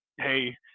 Hey